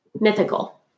mythical